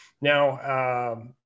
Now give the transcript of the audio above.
Now